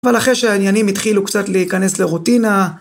אבל אחרי שהעניינים התחילו קצת להיכנס לרוטינה...